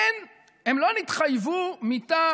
הם לא נתחייבו מיתה